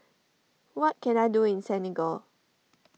what can I do in Senegal